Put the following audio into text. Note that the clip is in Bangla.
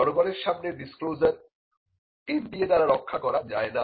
জনগণের সামনে ডিসক্লোজার NDA দ্বারা রক্ষা করা যায় না